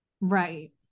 Right